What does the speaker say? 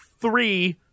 three